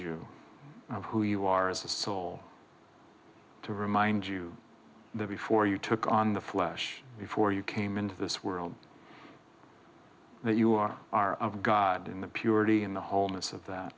you of who you are as a soul to remind you before you took on the flesh before you came into this world that you are our of god in the purity and the wholeness of that